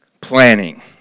planning